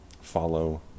Follow